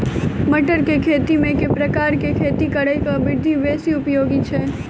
मटर केँ खेती मे केँ प्रकार केँ खेती करऽ केँ विधि बेसी उपयोगी छै?